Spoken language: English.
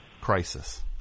crisis